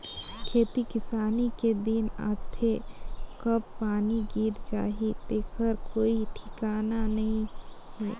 खेती किसानी के दिन आथे कब पानी गिर जाही तेखर कोई ठिकाना नइ हे